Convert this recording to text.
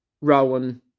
Rowan